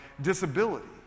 disability